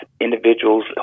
individuals